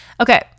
Okay